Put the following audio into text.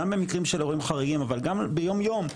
גם במקרים של אירועים חריגים אבל גם ביום יום,